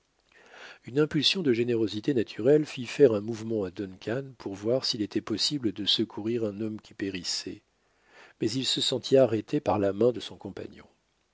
une impulsion de générosité naturelle fit faire un mouvement à duncan pour voir s'il était possible de secourir un homme qui périssait mais il se sentit arrêté par la main de son compagnon